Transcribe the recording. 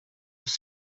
was